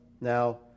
Now